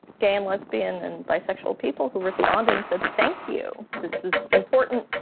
gay and lesbian and bisexual people who responded and said, thank you this is important.